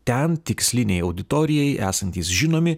ten tikslinei auditorijai esantys žinomi